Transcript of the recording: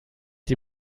die